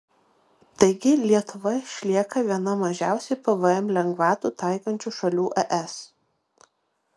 taigi lietuva išlieka viena mažiausiai pvm lengvatų taikančių šalių es